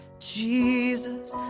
Jesus